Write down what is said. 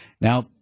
now